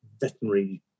veterinary